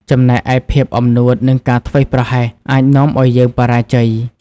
ចំណែកឯភាពអំនួតនិងការធ្វេសប្រហែស អាចនាំឱ្យយើងបរាជ័យ។